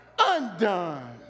undone